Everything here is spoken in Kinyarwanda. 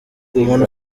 umuntu